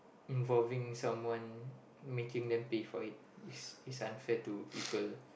involving someone making them pay for it it's it's unfair for people